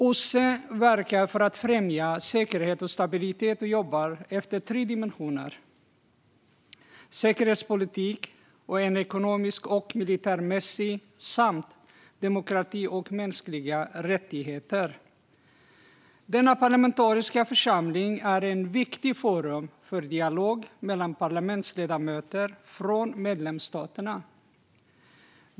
OSSE verkar för att främja säkerhet och stabilitet och jobbar efter tre dimensioner: en säkerhetspolitisk, en ekonomisk och miljömässig samt en som rör demokrati och mänskliga rättigheter. Denna parlamentariska församling är ett viktigt forum för dialog mellan parlamentsledamöter från medlemsstaterna.